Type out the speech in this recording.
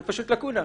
זה פשוט לקונה.